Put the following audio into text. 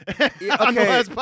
Okay